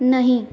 नहीं